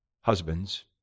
Husbands